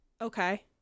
Okay